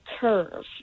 curve